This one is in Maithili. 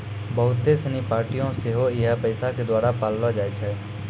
बहुते सिनी पार्टियां सेहो इहे पैसा के द्वारा पाललो जाय छै